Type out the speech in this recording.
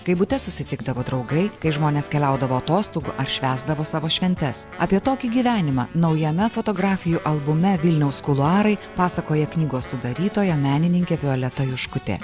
kai bute susitikdavo draugai kai žmonės keliaudavo atostogų ar švęsdavo savo šventes apie tokį gyvenimą naujame fotografijų albume vilniaus kuluarai pasakoja knygos sudarytoja menininkė violeta juškutė